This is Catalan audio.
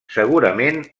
segurament